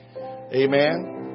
Amen